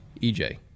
EJ